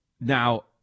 Now